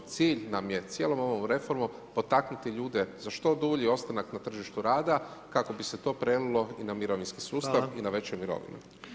Cilj nam je cijelom ovom reformom potaknuti ljude za što dulji ostanak na tržištu rada kako bi se to prelilo i na mirovinski sustav i na veće mirovine.